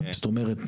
זאת אומרת,